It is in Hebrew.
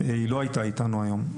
היא לא הייתה איתנו היום.